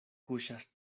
kuŝas